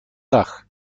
dach